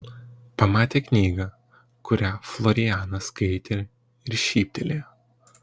pamatė knygą kurią florianas skaitė ir šyptelėjo